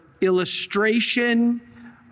illustration